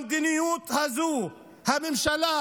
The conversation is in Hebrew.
במדיניות הזאת הממשלה